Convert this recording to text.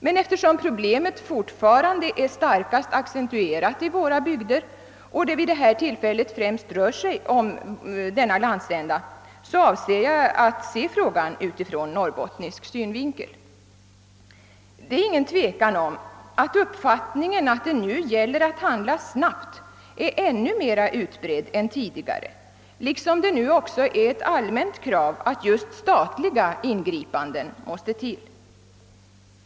Men eftersom problemet fortfarande är starkast accentuerat i våra hygder och min interpellation rör just denna landsända, avser jag att nu se frågan från norrbottnisk synvinkel. Det är inget tvivel om att uppfattningen att det gäller att handla snabbt är mer utbredd nu än tidigare, liksom att det nu är ett allmänt krav att just statliga ingripanden måste göras.